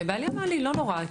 בעלי אמר לי לא נורא,